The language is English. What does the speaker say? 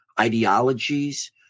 ideologies